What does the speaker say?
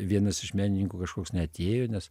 vienas iš menininkų kažkoks neatėjo nes